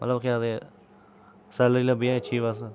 मतलब केह् आखदे सैलरी लब्भी जाए अच्छी बस